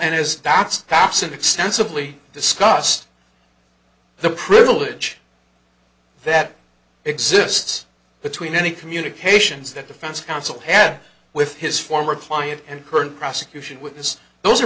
and as that's pass an extensive lee discussed the privilege that exists between any communications that defense counsel had with his former client and current prosecution witness those are